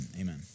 Amen